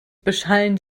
beschallen